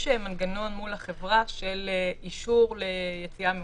יש מנגנון מול החברה של אישור ליציאה ממושכת.